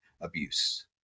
abuse